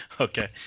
Okay